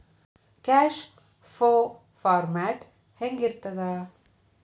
Cash flow format ಹೆಂಗಿರ್ತದ?